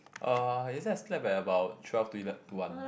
uh yesterday I slept at about twelve to ele~ to one